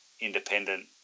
independent